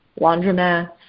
laundromats